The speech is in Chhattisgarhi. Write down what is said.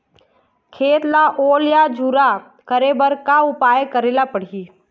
खेत ला ओल या झुरा करे बर का उपाय करेला पड़ही?